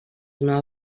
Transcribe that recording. una